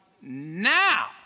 now